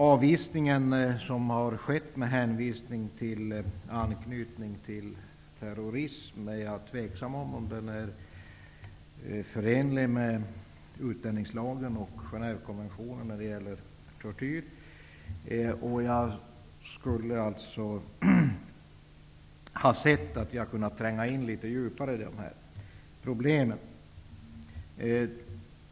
Avvisningen har skett med hänvisning till anknytningen till terrorism, men jag betvivlar att avvisningen är förenlig med utlänningslagen och Genèvekonventionen om tortyr. Jag hade gärna sett att utskottet hade kunnat tränga djupare in i dessa problem.